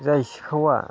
जाय सिखावा